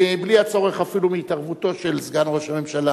בלי הצורך אפילו בהתערבותו של סגן ראש הממשלה